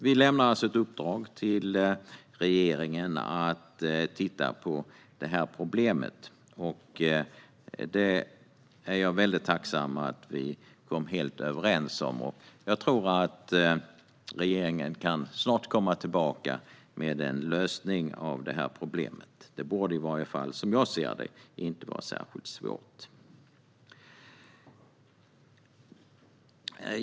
Vi lämnar alltså ett uppdrag till regeringen att titta på detta problem. Jag är mycket tacksam för att vi blev helt överens om detta. Jag tror att regeringen snart kan komma tillbaka med en lösning på detta problem. Det borde i varje fall, som jag ser det, inte vara särskilt svårt.